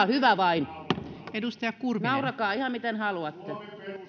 hyvä vain naurakaa ihan miten haluatte